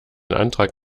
antrag